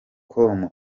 com